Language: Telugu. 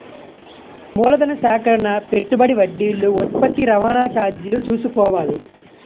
మూలధన సేకరణ పెట్టుబడి వడ్డీలు ఉత్పత్తి రవాణా చార్జీలు చూసుకోవాలి